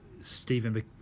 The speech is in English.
Stephen